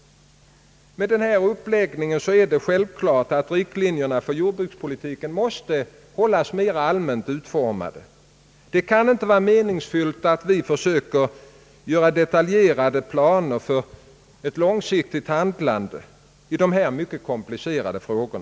Med denna uppläggning är det självklart att riktlinjerna för jordbrukspolitiken måste utformas mer allmänt. Det kan inte vara meningsfyllt att vi försöker lägga fram detaljerade planer för ett långsiktigt handlande i dessa mycket komplicerade frågor.